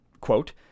quote